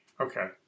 Okay